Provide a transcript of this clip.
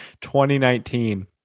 2019